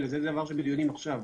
זה דבר שנמצא בדיון עכשיו.